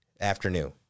afternoon